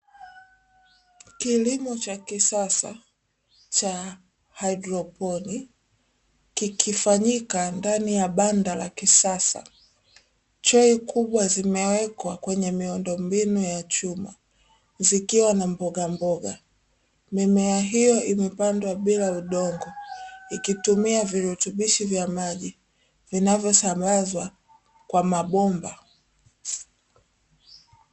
Kilimo cha kisasa cha haidroponi kikifanyika ndani ya banda la kisasa. Trei kubwa zimewekwa kwenye miundombinu ya chuma zikiwa na mbogamboga. Mimea hiyo imepandwa bila udongo, ikitumia virutubisho vya maji vinavyosambazwa kwa mabomba.